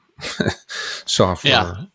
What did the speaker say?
software